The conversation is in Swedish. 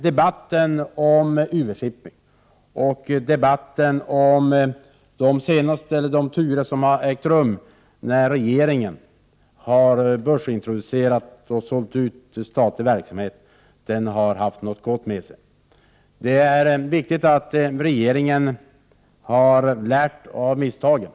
Debatten om UV-Shipping och debatten om de turer som har ägt rum i samband med regeringens börsintroduktion och utförsäljning av statlig verksamhet har ändå medfört något gott. Det är viktigt att regeringen har lärt av misstagen.